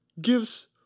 gives